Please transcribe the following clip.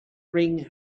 ring